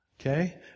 Okay